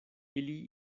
ili